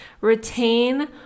retain